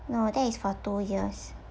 no that is for two years